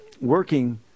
working